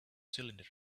cylinder